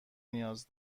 نیاز